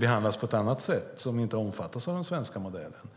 behandlas på ett annat sätt och som inte omfattas av den svenska modellen.